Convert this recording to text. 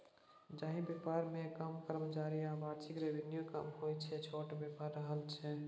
जाहि बेपार मे कम कर्मचारी आ बार्षिक रेवेन्यू कम होइ छै छोट बेपार कहय छै